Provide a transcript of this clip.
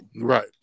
Right